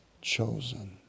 chosen